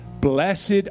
blessed